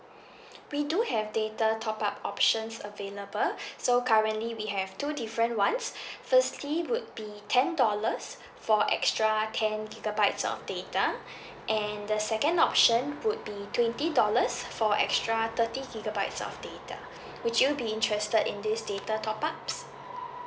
we do have data top up options available so currently we have two different ones firstly would be ten dollars for extra ten gigabytes of data and the second option would be twenty dollars for extra thirty gigabytes of data would you be interested in this data top-ups